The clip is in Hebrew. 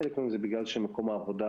חלק מהם זה בגלל שמקום העבודה,